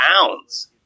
pounds